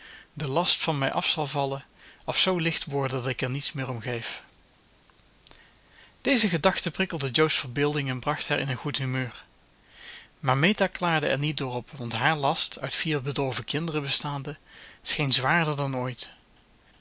de last van mij af zal vallen of zoo licht worden dat ik er niets meer om geef deze gedachte prikkelde jo's verbeelding en bracht haar in een goed humeur maar meta klaarde er niet door op want haar last uit vier bedorven kinderen bestaande scheen zwaarder dan ooit